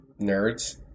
Nerds